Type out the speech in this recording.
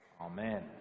Amen